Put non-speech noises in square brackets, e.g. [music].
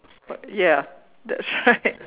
what ya that's right [laughs]